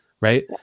Right